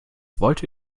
wollte